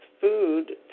food